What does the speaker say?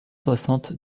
soixante